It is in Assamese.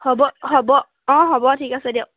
হ'ব হ'ব অঁ হ'ব ঠিক আছে দিয়ক